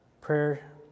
prayer